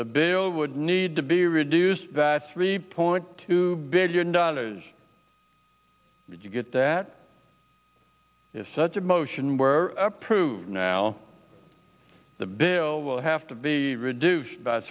the bill would need to be reduced that three point two billion dollars if you get that is such a motion were approved now the bill will have to be reduced